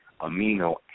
amino